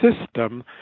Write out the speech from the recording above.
system